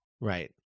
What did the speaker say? right